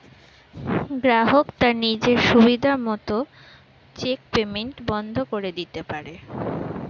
গ্রাহক তার নিজের সুবিধা মত চেক পেইমেন্ট বন্ধ করে দিতে পারে